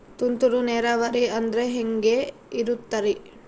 ತುಂತುರು ನೇರಾವರಿ ಅಂದ್ರೆ ಹೆಂಗೆ ಇರುತ್ತರಿ?